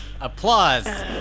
applause